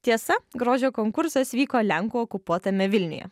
tiesa grožio konkursas vyko lenkų okupuotame vilniuje